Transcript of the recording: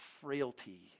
frailty